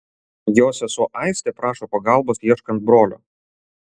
jo sesuo aistė prašo pagalbos ieškant brolio